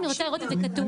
אני רוצה לראות את זה כתוב.